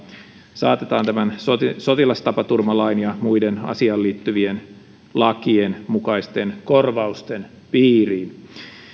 saatetaan sotilastapaturmalain ja muiden asiaan liittyvien lakien mukaisten korvausten piiriin